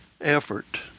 effort